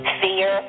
fear